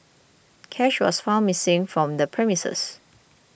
cash was found missing from the premises